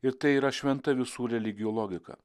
ir tai yra šventa visų religijų logika